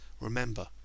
Remember